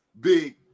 big